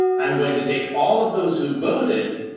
i'm going to take all of those who voted.